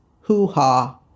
hoo-ha